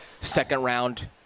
second-round